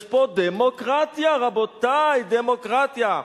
יש פה דמוקרטיה, רבותי, דמוקרטיה.